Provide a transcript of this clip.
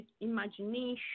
imagination